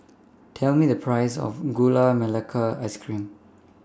Tell Me The Price of Gula Melaka Ice Cream